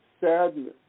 sadness